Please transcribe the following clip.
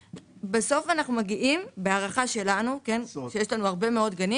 ובסוף אנחנו מגיעים בהערכה שלנו שיש לנו הרבה מאוד גנים